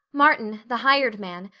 martin, the hired man,